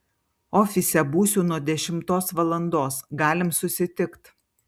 ofise būsiu nuo dešimtos valandos galim susitikt